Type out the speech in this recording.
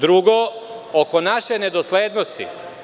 Drugo, oko naše nedoslednosti.